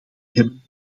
hebben